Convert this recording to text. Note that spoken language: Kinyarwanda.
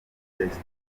stroke